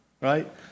right